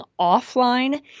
offline